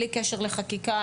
בלי קשר לחקיקה,